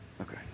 okay